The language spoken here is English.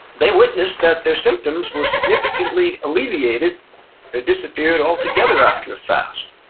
they witnessed that their symptoms were significantly alleviated or disappeared altogether after a fast